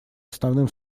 основным